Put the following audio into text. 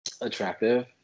attractive